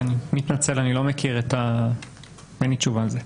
אני מתנצל, אין לי תשובה על זה.